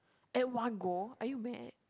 at one go are you mad